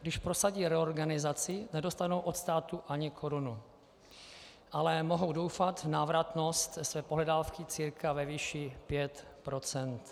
Když prosadí reorganizaci, nedostanou od státu ani korunu, ale mohou doufat v návratnost své pohledávky cca ve výši 5 %.